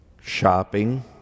shopping